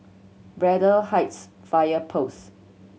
Braddell Heights Fire Post